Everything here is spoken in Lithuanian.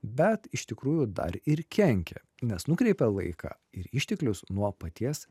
bet iš tikrųjų dar ir kenkia nes nukreipia laiką ir išteklius nuo paties